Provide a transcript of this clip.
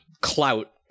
clout